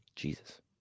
Jesus